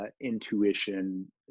intuition